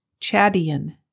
Chadian